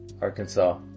Arkansas